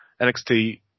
NXT